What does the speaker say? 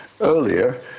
earlier